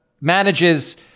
manages